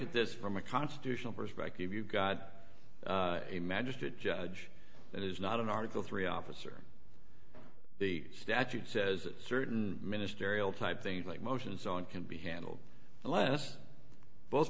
at this from a constitutional perspective you've got a magistrate judge that is not an article three officer the statute says certain ministerial type things like motions on can be handled unless both